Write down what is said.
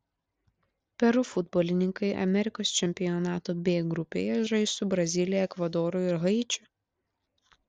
peru futbolininkai amerikos čempionato b grupėje žais su brazilija ekvadoru ir haičiu